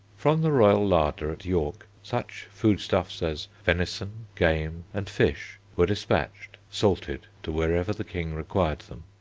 from the royal larder at york such foodstuffs as venison, game, and fish were despatched salted to wherever the king required them.